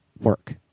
work